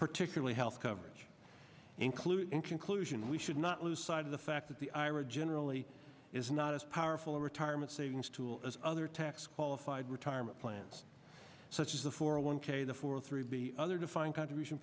particularly health coverage including conclusion we should not lose sight of the fact that the ira generally is not as powerful a retirement savings tool as other tax qualified retirement plans such as the four a one k the four three b other defined contribution